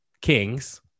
kings